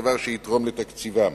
דבר שיתרום לתקציבה.